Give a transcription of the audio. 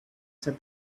said